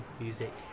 music